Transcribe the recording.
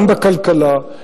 גם בכלכלה,